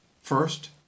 First